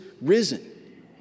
risen